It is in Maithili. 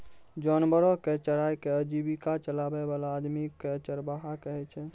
जानवरो कॅ चराय कॅ आजीविका चलाय वाला आदमी कॅ चरवाहा कहै छै